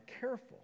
careful